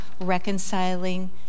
reconciling